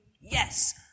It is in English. Yes